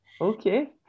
okay